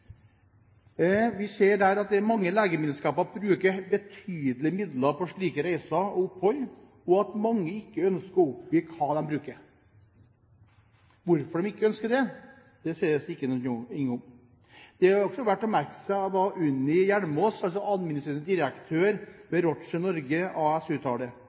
Vi ser der at mange legevitenskaper bruker betydelige midler på slike reiser og opphold, og at mange ikke ønsker å oppgi hva de bruker. Hvorfor de ikke ønsker det, sies det ikke noe om. Det er også verdt å merke seg hva Unni Hjelmaas, administrerende direktør ved Roche Norge AS, uttaler: